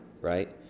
Right